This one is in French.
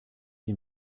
qui